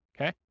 Okay